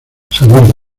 salir